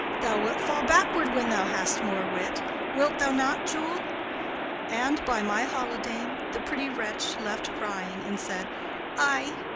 thou wilt fall backward when thou hast more wit wilt thou not, jule and, by my holidam, the pretty wretch left crying, and said ay.